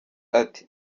ati